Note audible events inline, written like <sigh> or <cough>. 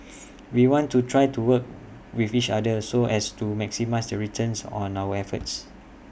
<noise> we want to try to work with each other so as to maximise the returns on our efforts